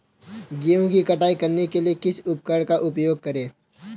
गेहूँ की कटाई करने के लिए किस उपकरण का उपयोग करें?